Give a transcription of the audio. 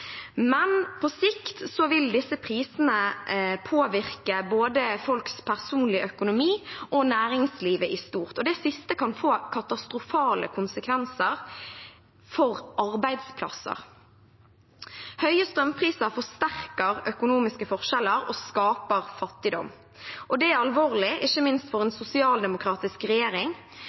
men på sikt vil disse prisene påvirke både folks personlige økonomi og næringslivet i stort. Det siste kan få katastrofale konsekvenser for arbeidsplasser. Høye strømpriser forsterker økonomiske forskjeller og skaper fattigdom. Det er alvorlig, ikke minst for en sosialdemokratisk regjering.